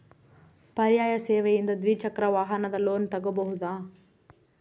ಪರ್ಯಾಯ ಸೇವೆಯಿಂದ ದ್ವಿಚಕ್ರ ವಾಹನದ ಲೋನ್ ತಗೋಬಹುದಾ?